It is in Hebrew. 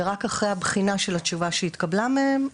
ורק אחרי הבחינה של התשובה שהתקבלה מהם,